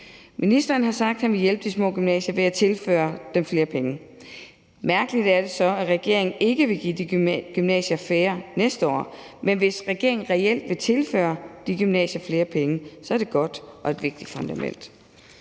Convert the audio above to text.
Ministeren har sagt, at han vil hjælpe de små gymnasier ved at tilføre dem flere penge. Mærkeligt er det så, at regeringen ikke vil give de gymnasier færre næste år, men hvis regeringen reelt vil tilføre de gymnasier flere penge, er det et godt og vigtigt fundament.